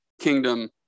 kingdom